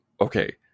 okay